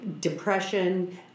depression